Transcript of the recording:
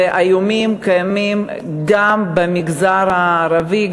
האיומים קיימים גם במגזר הערבי,